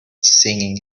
singing